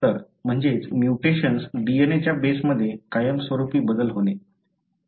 तर म्हणजे mutations DNA च्या बेसमध्ये कायमस्वरूपी बदल होणे